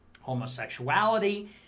homosexuality